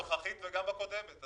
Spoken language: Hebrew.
גם הנוכחית וגם הקודמת.